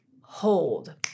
hold